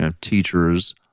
teachers